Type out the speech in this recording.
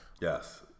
Yes